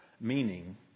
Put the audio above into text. Meaning